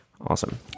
Awesome